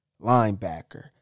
linebacker